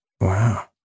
Wow